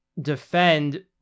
defend